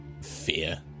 fear